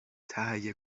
تهیه